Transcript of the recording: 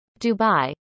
Dubai